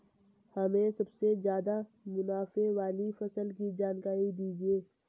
हमें सबसे ज़्यादा मुनाफे वाली फसल की जानकारी दीजिए